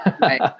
Right